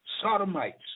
sodomites